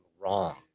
wrong